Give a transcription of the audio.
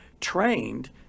trained